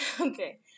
Okay